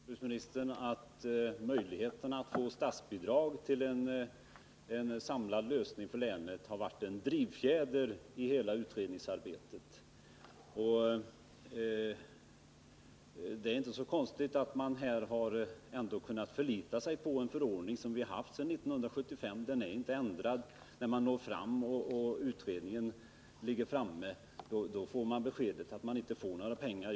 Fru talman! Jag kan försäkra jordbruksministern att möjligheterna att få statsbidrag till en samlad lösning för länet har varit en drivfjäder i hela utredningsarbetet. Det är inte så konstigt att man har förlitat sig på en förordning som vi har haft sedan 1975 — den är inte ändrad. När utredningen sedan är klar får man dock beskedet att man inte får några pengar.